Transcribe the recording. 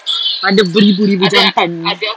ada beribu-ribu jantan